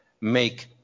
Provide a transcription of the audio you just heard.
Make